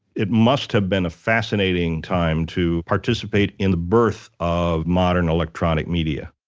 it must've been a fascinating time to participate in the birth of modern electronic media